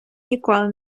ніколи